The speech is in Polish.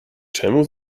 czemu